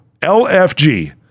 LFG